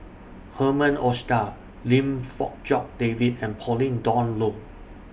Herman Hochstadt Lim Fong Jock David and Pauline Dawn Loh